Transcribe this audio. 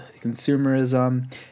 consumerism